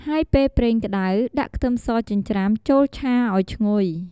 ហើយពេលប្រេងក្តៅ ដាក់ខ្ទឹមសចិញ្ច្រាំចូលឆាឱ្យឈ្ងុយ។